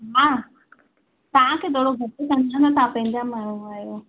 हा तव्हांखे थोरो घटि समुझ में तव्हां पंहिंजा माण्हू आहियो